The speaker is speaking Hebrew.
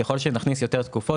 ככל שנכניס יותר תקופות,